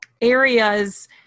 areas